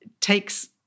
takes